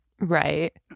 Right